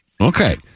Okay